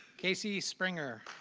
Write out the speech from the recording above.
casey springer.